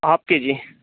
half K G